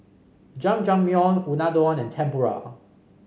Jajangmyeon Unadon and Tempura